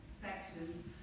section